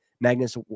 Magnus